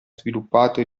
sviluppato